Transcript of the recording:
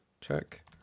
Check